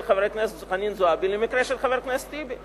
חברת הכנסת חנין זועבי למקרה של חבר הכנסת אחמד טיבי.